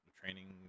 training